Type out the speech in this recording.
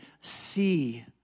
see